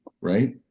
right